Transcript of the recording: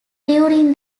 during